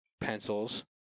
pencils